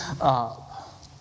up